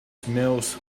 smells